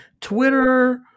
Twitter